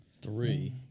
Three